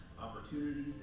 opportunities